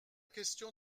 question